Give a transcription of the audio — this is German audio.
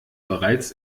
bereits